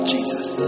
Jesus